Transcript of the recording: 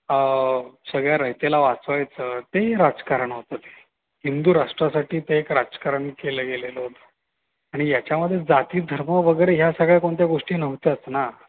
सगळ्या रयतेला वाचवायचं ते राजकारण होतं ते हिंदूराष्ट्रासाठी ते एक राजकारण केलं गेलेलं होतं आणि याच्यामधे जाती धर्म वगैरे ह्या सगळ्या कोणत्या गोष्टी नव्हत्याच ना